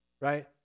right